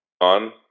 on